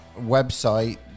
website